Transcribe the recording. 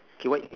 okay what